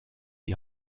die